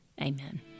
Amen